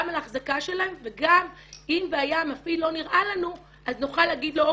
גם על אחזקה שלהם וגם אם והיה מפעיל לא נראה לנו אז נוכל להגיד לו,